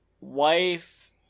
wife